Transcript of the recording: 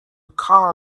call